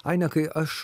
aine kai aš